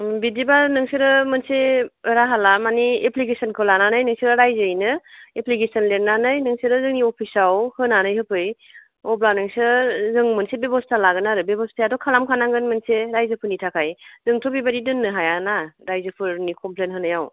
बिदिब्ला नोंसोरो मोनसे राहा ला मानि एप्लिकेसनखौ लानानै नोंसोरो रायजोयैनो एप्लिकेसन लिरनानै नोंसोरो जोंनि अफिसाव होनानै होफै अब्ला नोंसोर जों मोनसे बेब'स्था लागोन आरो बेब'स्था आथ' खालाम खानांगोन मोनसे रायजो फोरनि थाखाय जोंथ' बेबायदि दोननो हाया ना रायजोफोरनि खामानिखौ कमफ्लेन होनायाव